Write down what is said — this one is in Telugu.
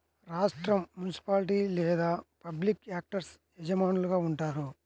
రాష్ట్రం, మునిసిపాలిటీ లేదా పబ్లిక్ యాక్టర్స్ యజమానులుగా ఉంటారు